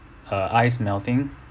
her ice melting